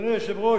אדוני היושב-ראש,